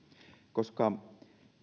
koska